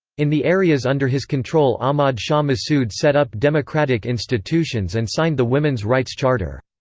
in the areas under his control ahmad shah massoud set up democratic institutions and signed the women's rights charter.